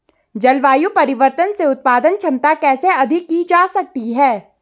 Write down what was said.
जलवायु परिवर्तन से उत्पादन क्षमता कैसे अधिक की जा सकती है?